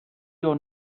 your